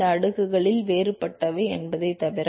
இந்த அடுக்குகள் வேறுபட்டவை என்பதைத் தவிர